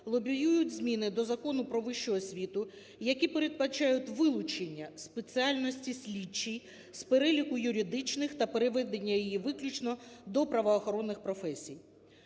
лобіюють зміни до Закону "Про вищу освіту", які передбачають вилучення спеціальності "Слідчий" з переліку юридичних та переведення її виключно до правоохоронних професій.